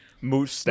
Moose